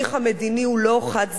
התהליך המדיני הוא לא חד-צדדי.